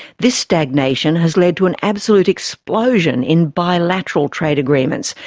this stagnation has led to an absolute explosion in bilateral trade agreements,